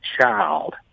child